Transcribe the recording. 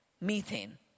methane